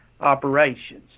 operations